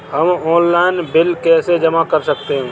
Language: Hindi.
हम ऑनलाइन बिल कैसे जमा कर सकते हैं?